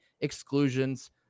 Exclusions